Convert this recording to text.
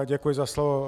Děkuji za slovo.